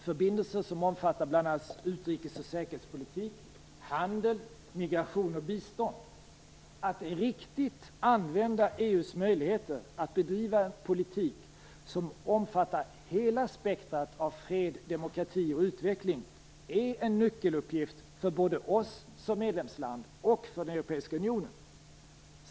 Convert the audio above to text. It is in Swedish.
Förbindelserna omfattar bl.a. utrikesoch säkerhetspolitik, handel, migration och bistånd. Att använda EU:s möjligheter att bedriva en politik som omfattar hela spektrumet av fred, demokrati och utveckling är en nyckeluppgift för både oss som medlemsland och för den europeiska unionen.